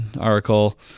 article